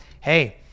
hey